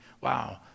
wow